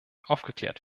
aufgeklärt